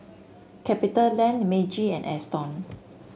Capitaland Meiji and Astons